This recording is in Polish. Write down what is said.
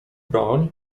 broń